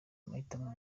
mahitamo